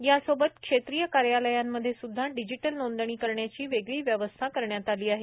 यासोबत क्षेत्रीय कार्यालयामध्ये सुध्दा डिजिटल नोंदणी करण्याची वेगळी व्यवस्था करण्यात आली आहे